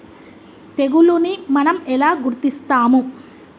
తెగులుని మనం ఎలా గుర్తిస్తాము?